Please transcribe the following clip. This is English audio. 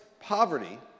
poverty